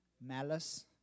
malice